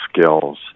skills